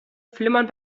flimmern